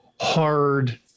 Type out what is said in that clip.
hard